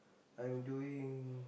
I'm doing